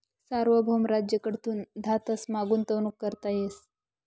सार्वभौम राज्य कडथून धातसमा गुंतवणूक करता येस